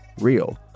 real